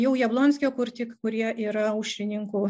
jau jablonskio kur tik kurie yra aušrininkų